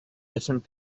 different